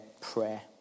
prayer